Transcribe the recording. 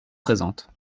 présentes